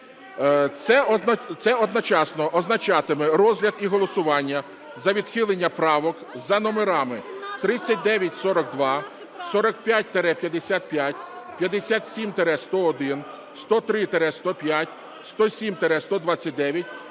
Це одночасно означатиме розгляд і голосування за відхилення правок за номерами: 39, 42, 45-55, 57-101, 103-105, 107-129,